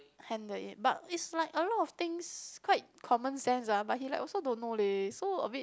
handle it but is like a lot of things quite common sense ah but he like also don't know leh so a bit